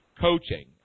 coaching